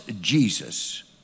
Jesus